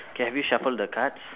K have you shuffle the cards